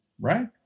right